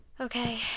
Okay